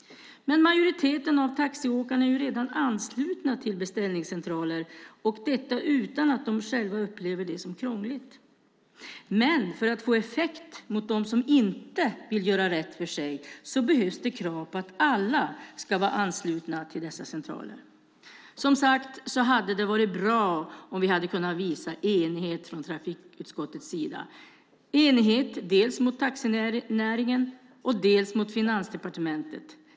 Majoriteten av taxiåkarna är redan anslutna till beställningscentraler och detta utan att de själva upplever det som krångligt. Men för att få effekt mot dem som inte vill göra rätt för sig behövs det krav på att alla ska vara anslutna till dessa centraler. Som sagt hade det varit bra om vi hade kunnat visa enighet från trafikutskottets sida, enighet dels mot taxinäringen, dels mot Finansdepartementet.